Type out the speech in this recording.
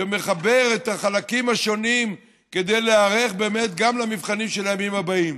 שמחבר את החלקים השונים כדי להיערך גם למבחנים של הימים הבאים.